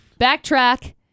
Backtrack